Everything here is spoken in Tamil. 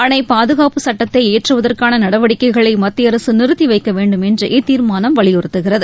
அணை பாதுகாப்பு சுட்டத்தை இயற்றுவதற்கான நடவடிக்கைகளை மத்திய அரசு நிறுத்தி வைக்க வேண்டும் என்று இத்தீர்மானம் வலியுறுத்துகிறது